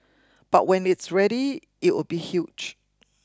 but when it's ready it'll be huge